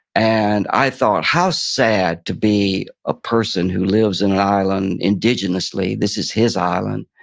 and i thought, how sad to be a person who lives in an island indigenously, this is his island,